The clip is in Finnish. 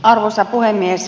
arvoisa puhemies